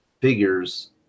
figures